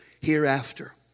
hereafter